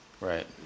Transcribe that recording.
right